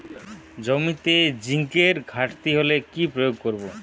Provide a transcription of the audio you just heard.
জমিতে জিঙ্কের ঘাটতি হলে কি প্রয়োগ করব?